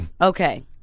Okay